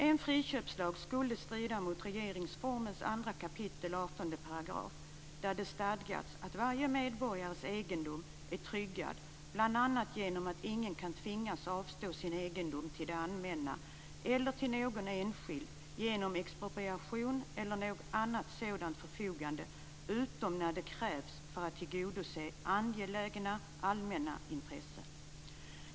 En friköpslag skulle strida mot regeringsformens 2 kap. 18 § där det stadgas att varje medborgares egendom är tryggad bl.a. genom att ingen kan tvingas avstå sin egendom till det allmänna eller till någon enskild genom expropriation eller något annat sådant förfogande utom när det krävs för att tillgodose angelägna allmänna intressen.